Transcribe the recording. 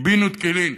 טבין ותקילין,